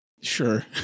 Sure